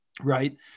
right